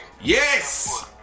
Yes